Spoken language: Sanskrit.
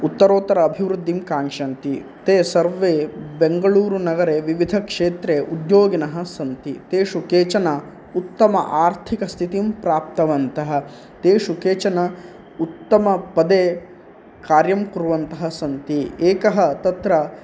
उत्तरोत्तर अभिवृद्धिं काङ्क्षन्ति ते सर्वे बेङ्गळूरुनगरे विविधक्षेत्रे उद्योगिनः सन्ति तेषु केचन उत्तम आर्थिकस्थितिं प्राप्तवन्तः तेषु केचन उत्तमपदे कार्यं कुर्वन्तः सन्ति एकः तत्र